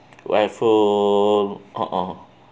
raffle uh !huh!